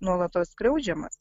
nuolatos skriaudžiamas